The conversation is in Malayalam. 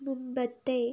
മുമ്പത്തെ